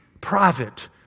private